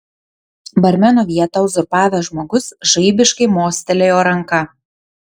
barmeno vietą uzurpavęs žmogus žaibiškai mostelėjo ranka